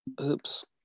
oops